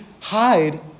hide